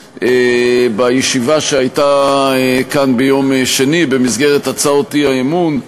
בישיבה שהייתה כאן ביום שני במסגרת הצעות האי-אמון.